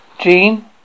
Gene